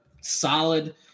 solid